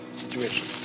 situation